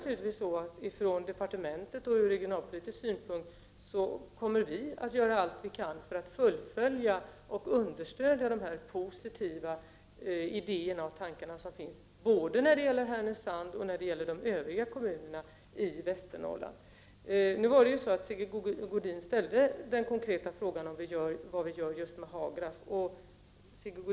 Från departementet kommer vi från regionalpolitisk synpunkt naturligtvis att göra allt vi kan för att understödja och fullfölja de positiva idéer och tankar som finns när det gäller både Härnösand och de övriga kommunerna i Västernorrland. Sigge Godin ställde den konkreta frågan vad vi gör just beträffande Hagraf.